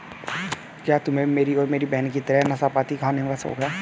क्या तुम्हे भी मेरी और मेरी बहन की तरह नाशपाती खाने का शौक है?